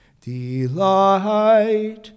Delight